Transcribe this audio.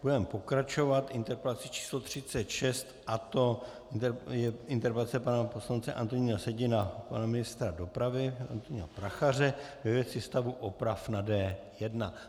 Budeme pokračovat interpelací číslo 36 a to je interpelace pana poslance Antonína Sedi na pana ministra dopravy Antonína Prachaře ve věci stavu oprav na D1.